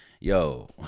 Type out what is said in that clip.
yo